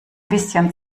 bisschen